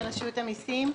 המסים.